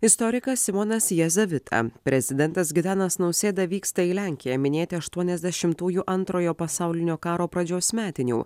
istorikas simonas jazavita prezidentas gitanas nausėda vyksta į lenkiją minėti aštuoniasdešimtųjų antrojo pasaulinio karo pradžios metinių